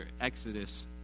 Exodus